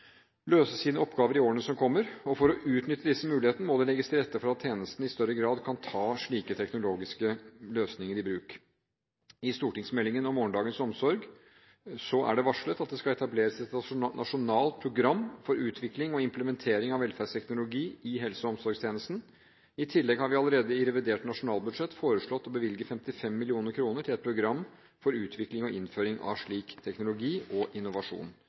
løse sine oppgaver i årene som kommer. For å utnytte disse mulighetene må det legges til rette for at tjenesten i større grad kan ta slike teknologiske løsninger i bruk. I Meld. St. 29 for 2012–2003, Morgendagens omsorg, er det varslet at det skal etableres et nasjonalt program for utvikling og implementering av velferdsteknologi i helse- og omsorgstjenesten. I tillegg har vi allerede i revidert nasjonalbudsjett foreslått å bevilge 55 mill. kr til et program for utvikling og innføring av slik teknologi og innovasjon,